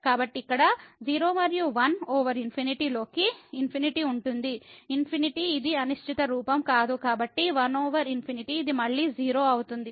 కాబట్టి ఇక్కడ 0 మరియు 1 ఓవర్ ∞ లోకి ∞ ఉంటుంది ∞ ఇది అనిశ్చిత రూపం కాదు కాబట్టి 1 ఓవర్ ∞ ఇది మళ్ళీ 0 అవుతుంది